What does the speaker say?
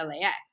LAX